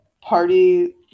party